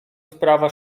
sprawa